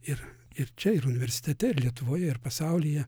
ir ir čia ir universitete ir lietuvoje ir pasaulyje